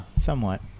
Somewhat